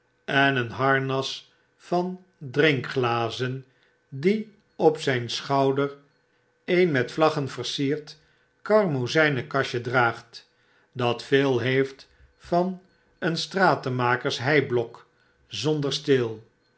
en een harnas van drinkglazen die op zyn schouder een met vlaggen versierd karmozynen kastje draagt dat veel heeft van een stratemaker's heiblok zonder steel